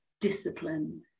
discipline